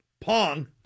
Pong